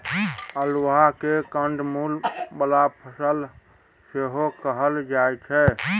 अल्हुआ केँ कंद मुल बला फसल सेहो कहल जाइ छै